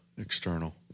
external